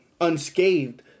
unscathed